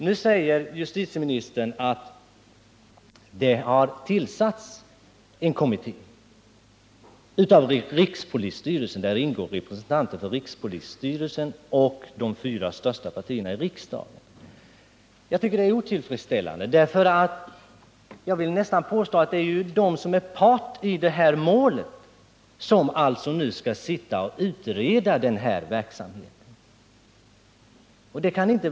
Nu säger justitieministern att en kommitté har tillsatts, i vilken det ingår representanter för rikspolisstyrelsen och de fyra största riksdagspartierna. Det kan inte vara en tillfredsställande ordning, för jag vill påstå att det är de som är parter i målet som nu skall utreda verksamheten.